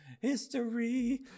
History